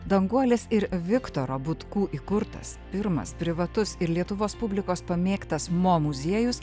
danguolės ir viktoro butkų įkurtas pirmas privatus ir lietuvos publikos pamėgtas mo muziejus